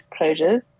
closures